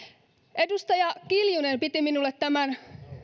edustaja kiljunen piti minulle tämän